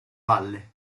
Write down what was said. valle